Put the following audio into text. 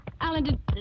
Alan